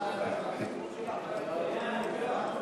סעיפים 1 12